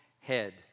head